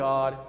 God